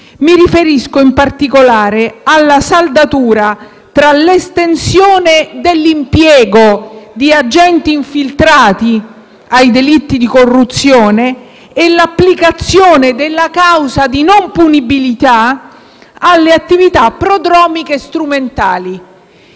Mi riferisco, in particolare, alla saldatura tra l'estensione dell'impiego di agenti infiltrati ai delitti di corruzione e l'applicazione della causa di non punibilità alle attività prodromiche strumentali.